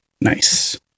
Nice